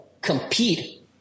compete